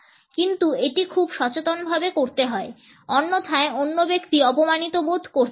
কিন্তু এটি খুব সচেতনভাবে করতে হয় অন্যথায় অন্য ব্যক্তি অপমানিত বোধ করতে পারে